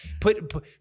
put